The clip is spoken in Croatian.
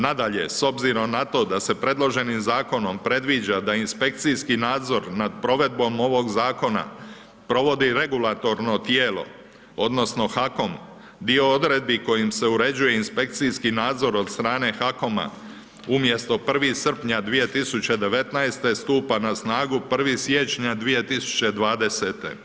Nadalje, s obzirom na to da se predloženim zakonom predviđa da inspekcijski nadzor nad provedbom ovog zakona provodi regulatorno tijelo odnosno HAKOM dio odredbi kojim se uređuje inspekcijski nadzor od strane HAKOM-a umjesto 1. srpnja 2019. stupa na snagu 1. siječnja 2020.